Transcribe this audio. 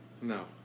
No